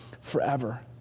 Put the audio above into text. forever